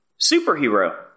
superhero